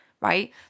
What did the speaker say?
right